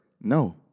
no